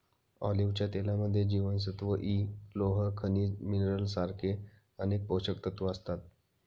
ऑलिव्हच्या तेलामध्ये जीवनसत्व इ, लोह, खनिज मिनरल सारखे अनेक पोषकतत्व असतात